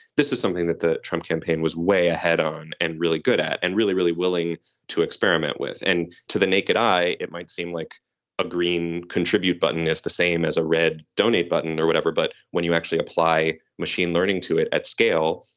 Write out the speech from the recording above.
this is something that the trump campaign was way ahead on and really good at and really, really willing to experiment with. and to the naked eye, it might seem like a green contribute button is the same as a red donate button or whatever, but when you actually apply machine learning to it at scale,